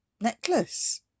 necklace